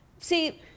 See